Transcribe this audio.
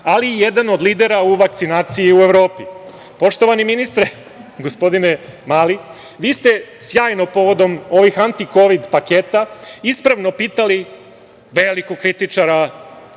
ali i jedan od lidera u vakcinaciji u Evropi. Poštovani ministre, gospodine Mali, vi ste sjajno povodom ovih antikovid paketa ispravno pitali, velikog kritičara